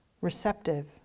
receptive